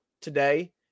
today